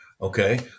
Okay